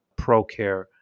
ProCare